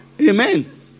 Amen